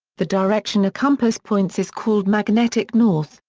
the direction a compass points is called magnetic north,